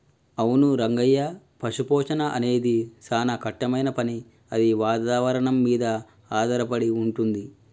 అవును రంగయ్య పశుపోషణ అనేది సానా కట్టమైన పని అది వాతావరణం మీద ఆధారపడి వుంటుంది